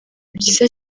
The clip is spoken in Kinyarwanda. byiza